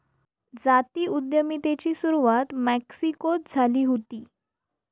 जाती उद्यमितेची सुरवात मेक्सिकोत झाली हुती